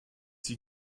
die